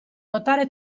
notare